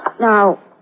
Now